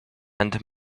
and